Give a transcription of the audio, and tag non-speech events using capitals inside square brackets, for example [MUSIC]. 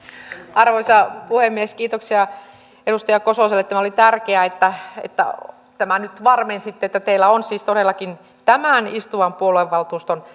arvoisa puhemies kiitoksia edustaja kososelle tämä oli tärkeää että että tämän nyt varmensitte että teillä on siis todellakin tämän istuvan puoluevaltuuston [UNINTELLIGIBLE]